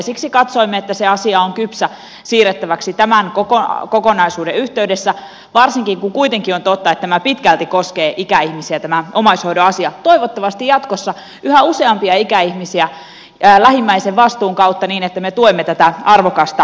siksi katsoimme että se asia on kypsä siirrettäväksi tämän kokonaisuuden yhteydessä varsinkin kun kuitenkin on totta että tämä omaishoidon asia pitkälti koskee ikäihmisiä toivottavasti jatkossa yhä useampia ikäihmisiä lähimmäisen vastuun kautta niin että me tuemme tätä arvokasta lähimmäistyötä